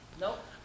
Nope